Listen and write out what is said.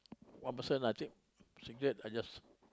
one person lah i take cigarette I just